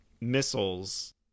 missiles